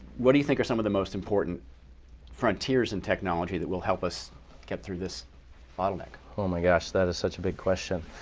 what do you think are some of the most important frontiers in technology that will help us get through this bottleneck? oh my gosh. that is such a big question.